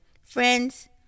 Friends